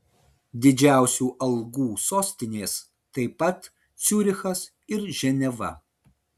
didžiausių algų sostinės taip pat ciurichas ir ženeva